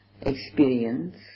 experience